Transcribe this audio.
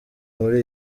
muri